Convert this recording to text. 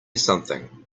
something